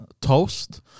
toast